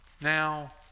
Now